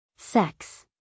Sex